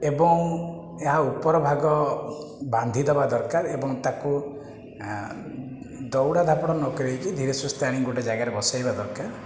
ଏବଂ ଏହା ଉପରଭାଗ ବାନ୍ଧିଦବା ଦରକାର ଏବଂ ତାକୁ ଦୌଡ଼ ଧାପଡ଼ ନ କରିକି ଧୀରେ ସୁସ୍ଥେ ଆଣିକି ଗୋଟେ ଜାଗାରେ ବସେଇବା ଦରକାର